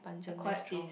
acquired taste